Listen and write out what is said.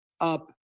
up